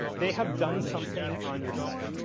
they have done something on your site,